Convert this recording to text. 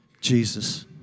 Jesus